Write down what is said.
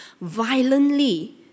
violently